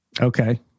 Okay